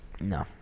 No